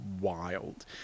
wild